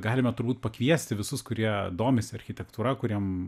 galime turbūt pakviesti visus kurie domisi architektūra kuriem